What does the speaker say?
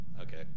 Okay